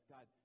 God